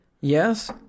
Yes